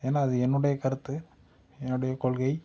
ஏன்னா அது என்னோடைய கருத்து என்னோடைய கொள்கை